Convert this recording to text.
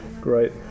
Great